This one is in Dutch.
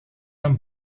een